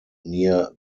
near